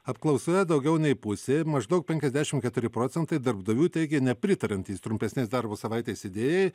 apklausoje daugiau nei pusė maždaug penkiasdešim keturi procentai darbdavių teigė nepritariantys trumpesnės darbo savaitės idėjai